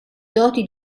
doti